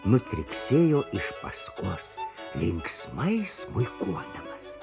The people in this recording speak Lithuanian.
nutriksėjo iš paskos linksmai smuikuodamas